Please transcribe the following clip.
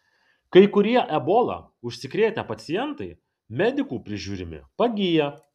kai kurie ebola užsikrėtę pacientai medikų prižiūrimi pagyja